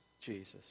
Jesus